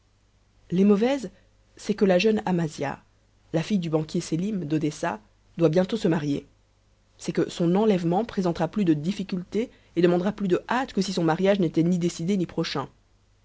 les mauvaises c'est que la jeune amasia la fille du banquier sélim d'odessa doit bientôt se marier c'est que son enlèvement présentera plus de difficultés et demandera plus de hâte que si son mariage n'était ni décidé ni prochain